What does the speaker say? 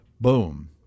boom